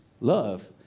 love